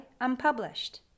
Unpublished